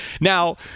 Now